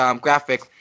graphic